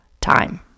time